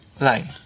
Line